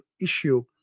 issue